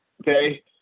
Okay